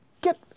Get